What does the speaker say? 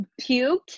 puked